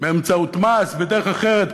באמצעות מס, בדרך אחרת.